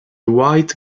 white